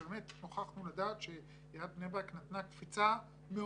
באמת נוכחנו לדעת שעיריית בני ברק נתנה קפיצה מאוד